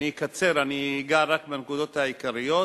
ואני אקצר ואני אגע רק בנקודות העיקריות,